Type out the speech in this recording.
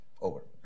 Over